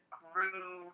grew